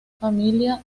familia